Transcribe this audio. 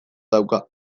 dauka